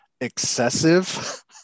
excessive